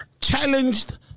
challenged